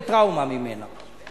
תאר בנפשך אם זה היה קורה במדינה אחרת?